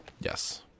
Yes